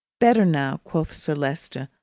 better now, quoth sir leicester,